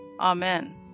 Amen